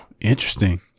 Interesting